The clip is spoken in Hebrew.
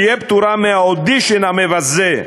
תהיה פטורה מהאודישן המבזה,